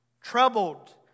Troubled